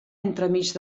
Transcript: entremig